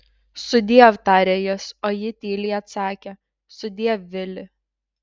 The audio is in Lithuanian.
sudiev tarė jis o ji tyliai atsakė sudiev vili